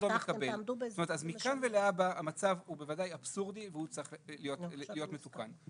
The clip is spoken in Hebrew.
מכאן ולהבא המצב הוא בוודאי אבסורדי והוא צריך להיות מתוקן.